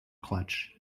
clutch